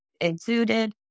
included